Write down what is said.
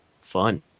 fun